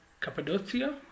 Cappadocia